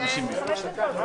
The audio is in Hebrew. (הישיבה נפסקה בשעה 11:54 ונתחדשה בשעה 11:58.)